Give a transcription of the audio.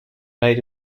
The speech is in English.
made